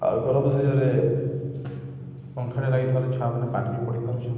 ଆଉ ଗରମ୍ ସିଜନ୍ରେ ପଙ୍ଖାଟେ ଲାଗିଥିବାପାରୁ ଛୁଆମାନେ ପାଠ୍ ବି ପଢ଼ି ପାରୁଛନ୍